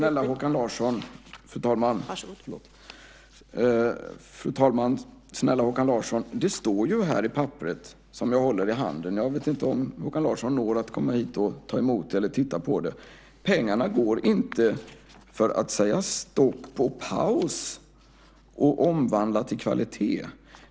Fru talman! Men snälla Håkan Larsson, det står ju i papperen som jag håller i handen - Håkan Larsson kan titta på det - att pengarna inte ska användas för att man ska sätta stopp och göra en paus för att omvandla detta till kvalitet.